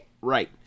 Right